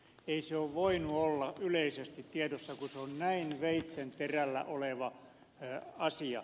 ei se ole voinut olla yleisesti tiedossa kun se on näin veitsenterällä oleva asia